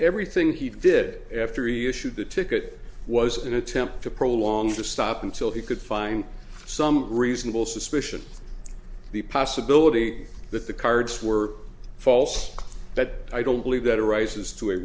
everything he did after he issued the ticket was an attempt to prolong the stop until he could find some reasonable suspicion the possibility that the cards were false but i don't believe that arises to a